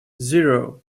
zero